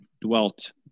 dwelt